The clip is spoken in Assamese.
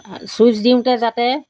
ছুইচ দিওঁতে যাতে